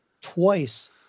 twice